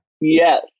Yes